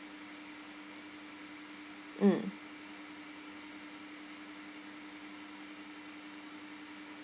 mm